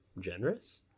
generous